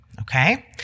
Okay